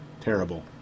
Terrible